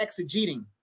exegeting